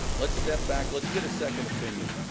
let's step back. let's get a second opinion.